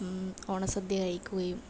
ഓണസദ്യ കഴിക്കുകയും